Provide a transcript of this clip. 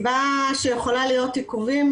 יש לנו שלוש סיבות לכך שיכולים להיות עיכובים: